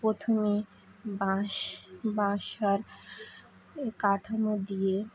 প্রথমে বাঁশ বাঁশের কাঠামো দিয়ে